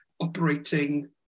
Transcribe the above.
operating